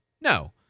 No